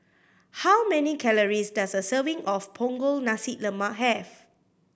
how many calories does a serving of Punggol Nasi Lemak have